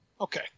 Okay